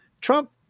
Trump